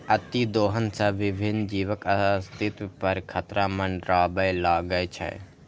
अतिदोहन सं विभिन्न जीवक अस्तित्व पर खतरा मंडराबय लागै छै